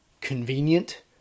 convenient